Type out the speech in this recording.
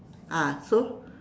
ah so